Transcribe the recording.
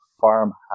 farmhouse